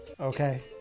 okay